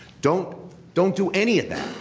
don't don't do any of that.